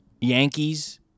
Yankees